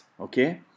Okay